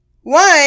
One